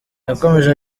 yakomeje